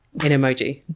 in emoji.